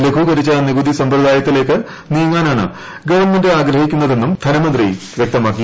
ലഘൂകരിച്ച നികുതി സമ്പ്രദായത്തിലേക്ക് നീങ്ങാനാണ് ഗവൺമെന്റ് ആഗ്രഹിക്കുന്നതെന്നും ധനമന്ത്രി വ്യക്തമാക്കി